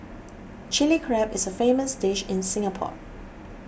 Chilli Crab is a famous dish in Singapore